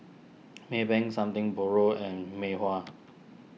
Maybank Something Borrowed and Mei Hua